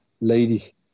lady